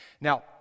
Now